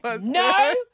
no